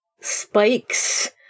spikes